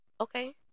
okay